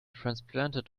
transplanted